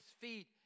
feet